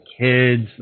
kids